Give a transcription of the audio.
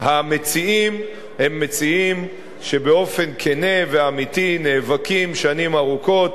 המציעים הם מציעים שבאופן כן ואמיתי נאבקים שנים ארוכות,